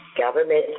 Government